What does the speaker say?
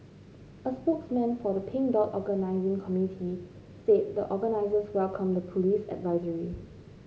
a spokesman for the Pink Dot organising committee said the organisers welcomed the police advisory